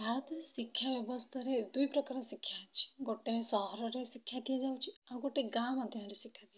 ଭାରତର ଶିକ୍ଷା ବ୍ୟବସ୍ତାରେ ଦୁଇ ପ୍ରକାର ଶିକ୍ଷା ଅଛି ଗୋଟେ ସହରରେ ଶିକ୍ଷା ଦିଆଯାଉଛି ଆଉ ଗୋଟେ ଗାଁ ମଧ୍ୟରେ ଶିକ୍ଷା ଦିଆଯାଉଛି